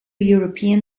european